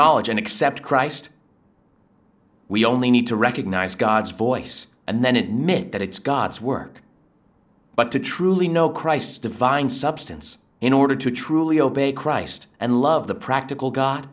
acknowledge and accept christ we only need to recognize god's voice and then it meant that it's god's work but to truly know christ divine substance in order to truly open christ and love the practical go